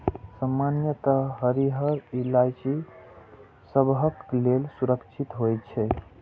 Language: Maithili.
सामान्यतः हरियर इलायची सबहक लेल सुरक्षित होइ छै